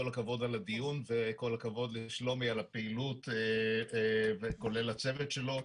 כל הכבוד על הדיון וכל הכבוד לשלומי על הפעילות ולכל הצוות שלו.